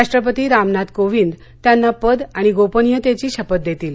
राष्ट्रपती रामनाथ कोविंद त्यांना पद आणि गोपनियतेची शपथ देतील